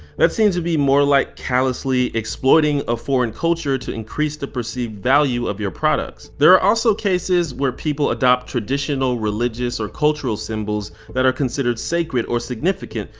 that seems to be more like callously exploiting a foreign culture to increase the perceived value of your products. there are also cases where people adopt traditional religious or cultural symbols that are considered sacred or significant,